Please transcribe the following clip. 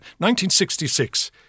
1966